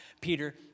Peter